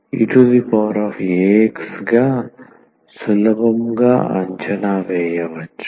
eax గా సులభంగా అంచనా వేయవచ్చు